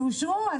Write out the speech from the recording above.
שאושרו.